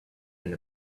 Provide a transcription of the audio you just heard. and